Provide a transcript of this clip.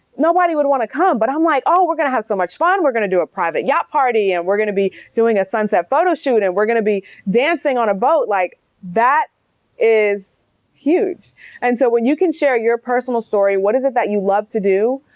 nobody would want to come. but i'm like, oh, we're going to have so much fun. we're going to do a private yacht party and we're going to be doing a sunset photo shoot and we're going to be dancing on a boat. like that is huge. and so when you can share your personal story, what is it that you love to do?